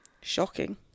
Shocking